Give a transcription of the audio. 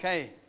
Okay